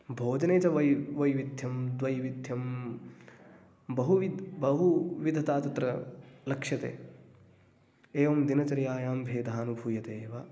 भोजने च वै वैविध्यं द्वैविध्यं बहुवि बहुविधता तत्र लक्ष्यते एवं दिनचर्यायां भेदः अनुभूयते एव